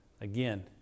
again